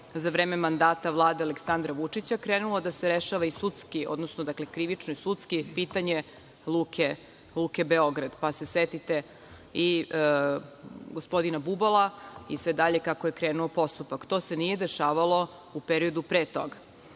za vreme mandata Vlade Aleksandra Vučića krenulo da se rešava sudski, odnosno krivično i sudski, pitanje Luke Beograd, pa se setite i gospodina Bubala i sve dalje kako je krenuo postupak. To se nije dešavalo u periodu pre